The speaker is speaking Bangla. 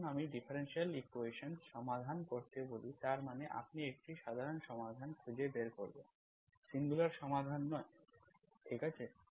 যখন আমি ডিফারেনশিয়াল ইকুয়েশন্স সমাধান করতে বলি তার মানে আপনি একটি সাধারণ সমাধান খুঁজে বের করবেন সিঙ্গুলার সমাধান নয় ঠিক আছে